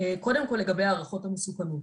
קודם כל לגבי הערכות המסוכנות,